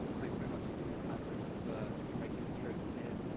thanks very much to all the panelists for for making the trip here.